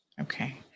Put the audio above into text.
Okay